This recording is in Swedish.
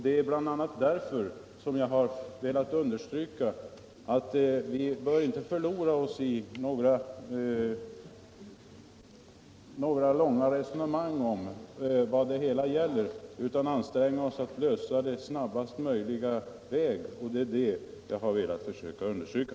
Det är bl.a. därför som jag har velat understryka att vi inte skall förlora oss i långa resonemang om vad det hela gäller utan anstränga oss att lösa problemen på snabbast möjliga väg. Det är den saken jag har velat poängtera.